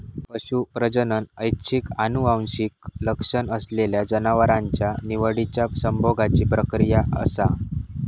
पशू प्रजनन ऐच्छिक आनुवंशिक लक्षण असलेल्या जनावरांच्या निवडिच्या संभोगाची प्रक्रिया असा